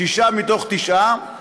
שישה מתוך תשעה,